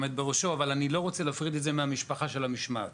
אבל אני לא רוצה להפריד את זה מהמשפחה של המשמעת.